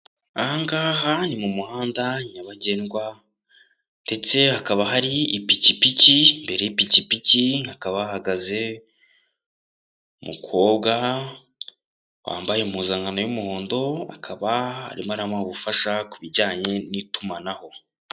Aha ngaha ni mu muhanda nyabagendwa ndetse hakaba hari ipikipiki, imbere y'ipikipiki hakaba hahagaze umukobwa wambaye impuzankano y'umuhondo, akaba harimo aramuha ubufasha ku bijyanye n'itumanaho.